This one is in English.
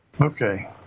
Okay